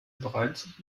bereits